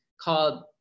called